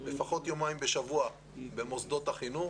לפחות יומיים בשבוע במוסדות החינוך